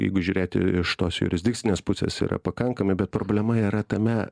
jeigu žiūrėti iš tos jurisdikcinės pusės yra pakankami bet problema yra tame